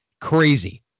crazy